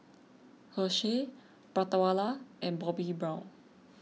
Herschel Prata Wala and Bobbi Brown